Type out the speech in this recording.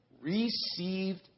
received